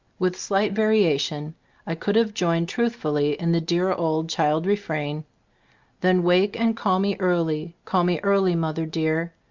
with slight variation i could have joined truthfully in the dear old child re frain then wake and call me early, call me early, mother dear,